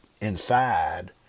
inside